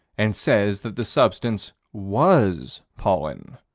and says that the substance was pollen.